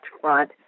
front